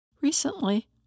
Recently